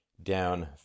down